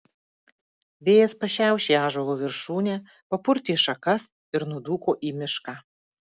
vėjas pašiaušė ąžuolo viršūnę papurtė šakas ir nudūko į mišką